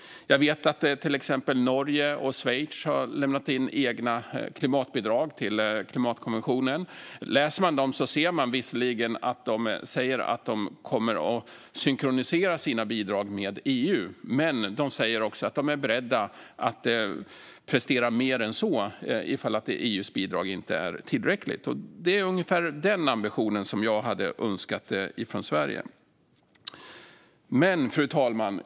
Jag vet att till exempel Norge och Schweiz har lämnat in egna klimatbidrag till klimatkonventionen. Om man läser dem ser man visserligen att de kommer att synkronisera sina bidrag med EU. Men de säger också att de är beredda att prestera mer än så ifall EU:s bidrag inte är tillräckligt. Det är ungefär den ambitionen som jag hade önskat från Sverige. Fru talman!